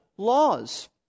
laws